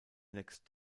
next